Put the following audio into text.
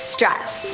Stress